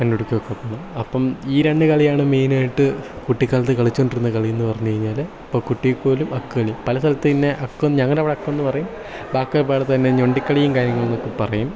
കണ്ടുപിടിക്ക് ഒക്കെ പോവണം അപ്പം ഈ രണ്ട് കളിയാണ് മെയിൻ ആയിട്ട് കുട്ടിക്കാലത്തു കളിച്ചുകൊണ്ടിരുന്ന കളി എന്ന് പറഞ്ഞുകഴിഞ്ഞാൽ ഇപ്പോൾ കുട്ടിയും കോലും അക്കു കളി പല സ്ഥലത്തും ഇതിനെ അക്കു ഞങ്ങളുടെ അവിടെ അക്കെന്ന് പറയും ബാക്കി ഉള്ള പലയിടത്തും ഞൊണ്ടിക്കളീം കാര്യങ്ങളെന്നൊക്കെ പറയും